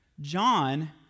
John